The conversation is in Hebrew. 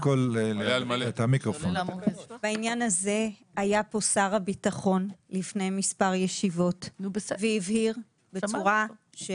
בעניין הזה היה פה שר הביטחון לפני מספר ישיבות והבהיר בצורה ש